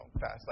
fast